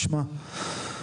תשמע,